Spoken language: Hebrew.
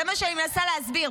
זה מה שאני מנסה להסביר,